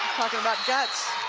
talking about guts,